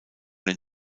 den